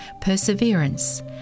perseverance